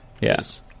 Yes